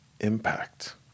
Impact